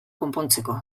konpontzeko